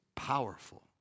powerful